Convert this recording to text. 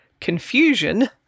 confusion